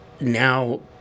now